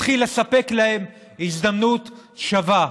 תתחיל לספק להם הזדמנות שווה.